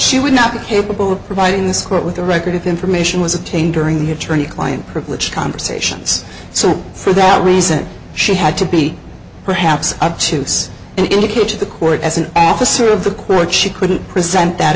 she would not be capable of providing this court with a record information was obtained during the attorney client privilege conversations so for that reason she had to be perhaps up to indicate to the court as an officer of the quote she couldn't present that